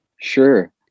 Sure